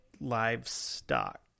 livestock